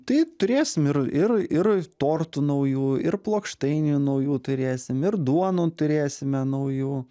tai turėsim ir ir ir tortų naujų ir plokštainių naujų turėsim ir duonų turėsime naujų